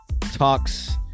talks